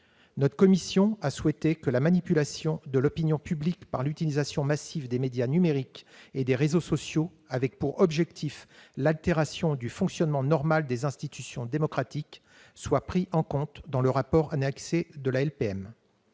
Notre commission a souhaité que la manipulation de l'opinion publique par l'utilisation massive des médias numériques et des réseaux sociaux, avec pour objectif l'altération du fonctionnement normal des institutions démocratiques, soit prise en compte dans le rapport annexé à la loi